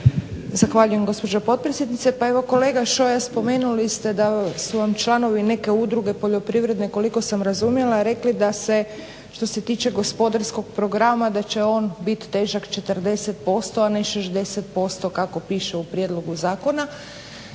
Zahvaljujem gospođo potpredsjednice. Pa evo kolega Šoja spomenuli ste da su vam članovi neke udruge poljoprivredne koliko sam razumjela rekli da se što se tiče gospodarskog programa da će on biti težak 40%, a ne 60% kako piše u prijedlogu zakona.